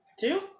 Two